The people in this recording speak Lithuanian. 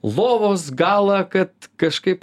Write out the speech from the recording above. lovos galą kad kažkaip